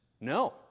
no